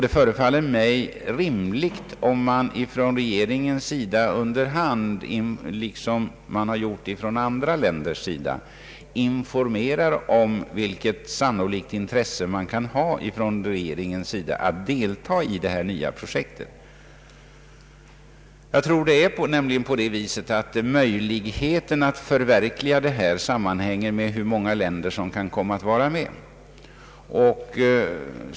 Det förefaller mig rimligt att man från regeringens sida kommer att — liksom man gjort från andra länders sida — informera om vilket intresse man kan ha att delta i detta nya projekt. Möjligheterna att förverkliga projektet sammanhänger med hur många länder som kan komma att vara med.